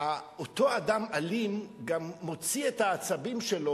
אותו אדם אלים גם מוציא את העצבים שלו